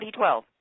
2012